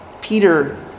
Peter